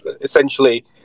essentially